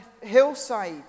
hillside